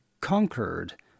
conquered